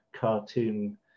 cartoon